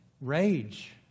rage